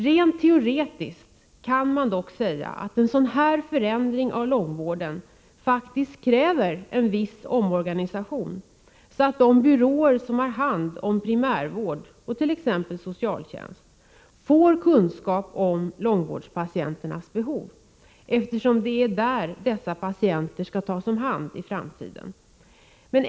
Rent teoretiskt kan man dock säga att en sådan här förändring av långvården faktiskt kräver en viss omorganisation, så att de byråer som har hand om primärvård och t.ex. socialtjänst får kunskap om långvårdspatienternas behov, eftersom det är där dessa patienter skall tas om hand i framtiden.